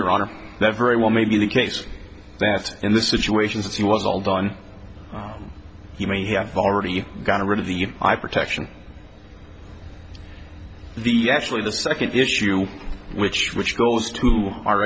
your honor that very well may be the case that in this situation since it was all done you mean we have already gotten rid of the i protection the actually the second issue which which goes to our